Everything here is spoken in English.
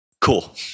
cool